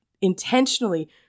intentionally